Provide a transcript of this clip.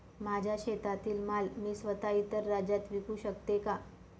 माझ्या शेतातील माल मी स्वत: इतर राज्यात विकू शकते का?